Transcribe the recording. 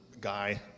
guy